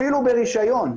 אפילו ברשיון,